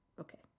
Okay